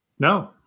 No